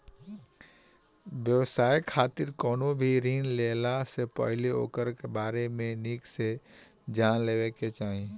व्यवसाय खातिर कवनो भी ऋण लेहला से पहिले ओकरी बारे में निक से जान लेवे के चाही